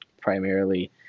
primarily